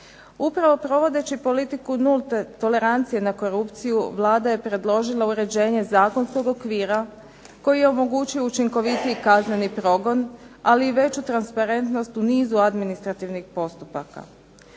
Upravo provodeći politiku nulte tolerancije na korupciju, Vlada je predložila uređenje zakonskog okvira koji omogućuje učinkovitiji kazneni progon, ali i veću transparentnost u nizu administrativnih postupaka.